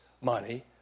money